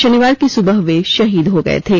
शनिवार की सुबह वे शहीद हो गये थे